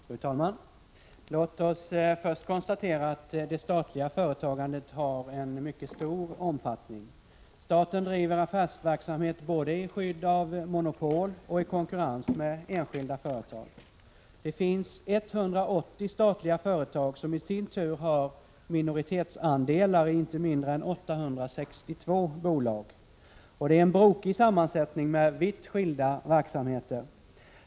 Fru talman! Låt oss först konstatera att det statliga företagandet har en mycket stor omfattning. Staten driver affärsverksamhet både i skydd av monopol och i konkurrens med enskilda företag. Det finns 180 statliga företag som i sin tur har minoritetsandelar i inte mindre än 862 bolag. Och det är en brokig sammansättning med vitt skilda verksamheter.